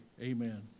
Amen